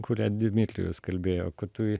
kurią dmitrijus kalbėjo kad tu